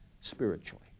spiritually